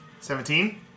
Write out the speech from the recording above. seventeen